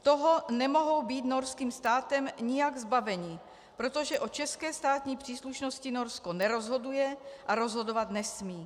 Toho nemohou být norským státem nijak zbaveni, protože o české státní příslušnosti Norsko nerozhoduje a rozhodovat nesmí.